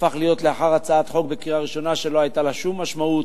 הפך להיות לאחר הצעת חוק בקריאה ראשונה שלא היתה לה שום משמעות,